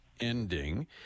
ending